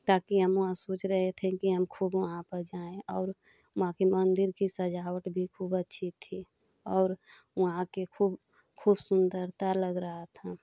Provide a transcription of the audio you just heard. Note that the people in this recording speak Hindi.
ताकि हम वहाँ सोच रहे थे की हम खूब वहाँ पर जाएँ और वहाँ के मंदिर की सजावट भी खूब अच्छी थी और वहाँ के खूब खूब सुंदरता लग रहा था